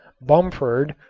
bumford,